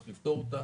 צריך לפתור אותה.